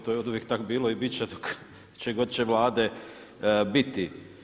To je oduvijek tako bilo i bit će dok će god Vlade biti.